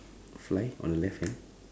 fly on the left hand